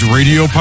Radio